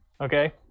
okay